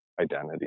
identity